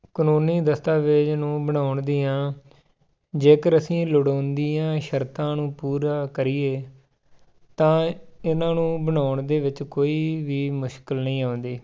ਕਾਨੂੰਨੀ ਦਸਤਾਵੇਜ਼ ਨੂੰ ਬਣਾਉਣ ਦੀਆਂ ਜੇਕਰ ਅਸੀਂ ਲੋੜੀਂਦੀਆਂ ਸ਼ਰਤਾਂ ਨੂੰ ਪੂਰਾ ਕਰੀਏ ਤਾਂ ਇਹਨਾਂ ਨੂੰ ਬਣਾਉਣ ਦੇ ਵਿੱਚ ਕੋਈ ਵੀ ਮੁਸ਼ਕਲ ਨਹੀਂ ਆਉਂਦੀ